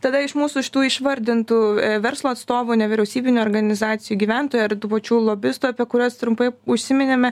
tada iš mūsų šitų išvardintų verslo atstovų nevyriausybinių organizacijų gyventojų ar tų pačių lobistų apie kuriuos trumpai užsiminėme